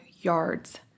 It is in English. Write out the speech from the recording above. yards